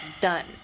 done